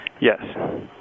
Yes